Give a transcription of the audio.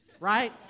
Right